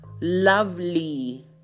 lovely